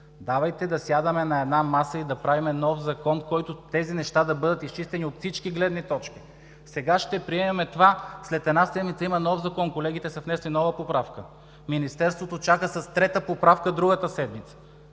Давайте да сядаме на една маса и да правим нов закон, в който тези неща да бъдат изчистени от всички гледни точки. Сега ще приемем това, след една седмица има нов Закон – колегите са внесли нова поправка, Министерството чака с трета поправка другата седмица.